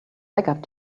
backup